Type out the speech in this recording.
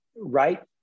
right